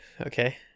okay